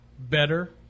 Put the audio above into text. Better